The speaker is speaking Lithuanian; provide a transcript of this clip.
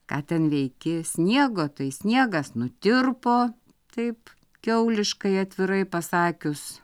ką ten veiki sniego tai sniegas nutirpo taip kiauliškai atvirai pasakius